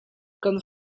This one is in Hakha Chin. kan